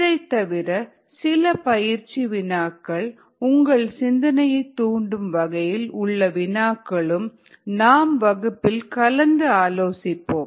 இதைத்தவிர சில பயிற்சி வினாக்கள் உங்கள் சிந்தனையை தூண்டும் வகையில் உள்ள வினாக்களும் நாம் வகுப்பில் கலந்து ஆலோசிப்போம்